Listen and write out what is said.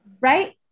right